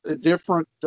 different